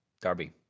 Darby